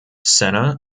senna